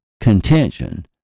contention